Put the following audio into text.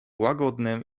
łagodnym